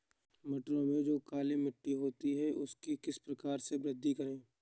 मटरों में जो काली मटर होती है उसकी किस प्रकार से वृद्धि करें?